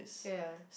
ya